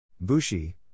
Bushi